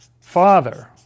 father